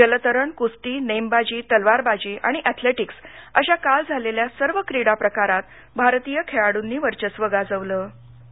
जलतरण कुस्ती नेमबाजी तलवारबाजी आणि अॅथलेटिक्स अशा काल झालेल्या सर्व क्रीडाप्रकारात भारतीय खेळाडूंनी वर्चस्व गाजवल